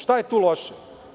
Šta je tu loše?